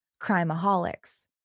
Crimeaholics